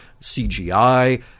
CGI